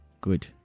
Good